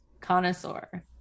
connoisseur